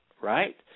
right